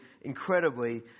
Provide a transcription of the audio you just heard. incredibly